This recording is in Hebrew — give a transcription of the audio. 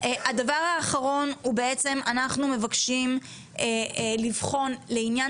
הדבר האחרון הוא בעצם שאנחנו מבקשים לבחון לעניין